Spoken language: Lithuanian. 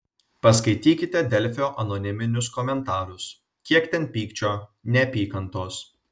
paskaitykite delfio anoniminius komentarus kiek ten pykčio neapykantos